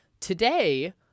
Today